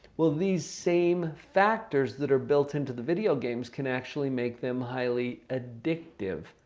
well, these same factors that are built into the video games can actually make them highly addictive.